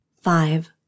Five